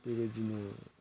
बेबायदिनो